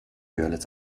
görlitz